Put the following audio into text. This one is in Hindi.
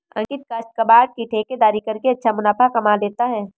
अंकित काष्ठ कबाड़ की ठेकेदारी करके अच्छा मुनाफा कमा लेता है